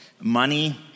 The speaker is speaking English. Money